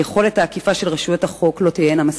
יכולת האכיפה של רשויות החוק לא תהיה מספקת.